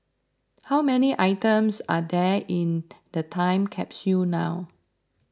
how many items are there in the time capsule now